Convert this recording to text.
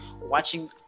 watching